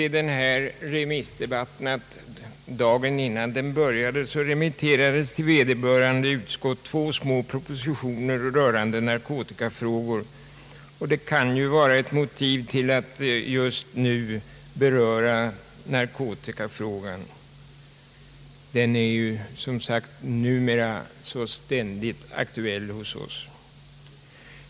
Dagen före remissdebatten remitterades till vederbörande utskott två små propositioner rörande narkotikafrågor, och det kan vara en anledning till att Just nu beröra narkotikafrågan, som numera är ständigt aktuell hos oss.